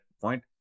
point